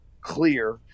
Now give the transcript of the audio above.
clear